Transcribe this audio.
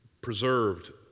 preserved